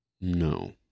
No